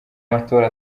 matora